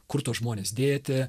kur tuos žmones dėti